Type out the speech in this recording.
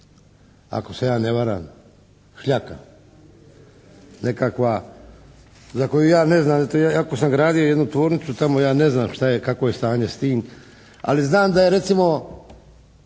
ako se ja ne varam, šljaka. Nekakva za koju ja ne znam iako sam gradio jednu tvornicu tamo, ja ne znam šta je, kakvo je stanje s tim? Ali znam da je recimo